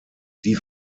die